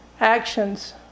actions